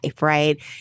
right